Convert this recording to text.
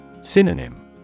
Synonym